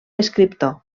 escriptor